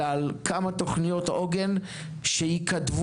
אלא על כמה תוכניות עוגן שייכתבו,